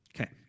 Okay